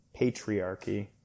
patriarchy